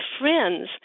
friends